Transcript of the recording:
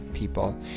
people